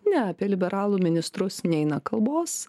ne apie liberalų ministrus neina kalbos